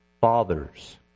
Fathers